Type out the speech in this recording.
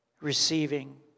receiving